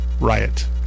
riot